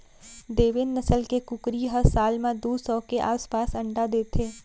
देवेन्द नसल के कुकरी ह साल म दू सौ के आसपास अंडा देथे